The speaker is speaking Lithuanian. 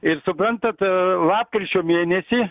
ir suprantat lapkričio mėnesį